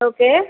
okay